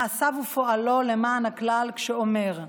מעשיו ופועלו למען הכלל, כשאומר: